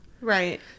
Right